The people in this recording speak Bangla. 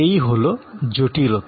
এই অবস্থায় বিশেষ জটিলতার সৃষ্টি হবে